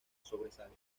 sobresalen